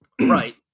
Right